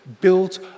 built